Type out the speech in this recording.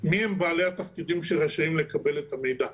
מיהם בעלי התפקידים שרשאים לקבל את המידע.